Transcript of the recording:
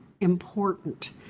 important